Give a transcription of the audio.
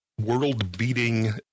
world-beating